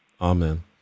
Amen